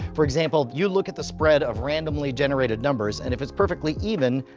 for example, you look at the spread of randomly generated numbers, and if it's perfectly even,